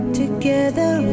together